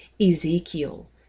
Ezekiel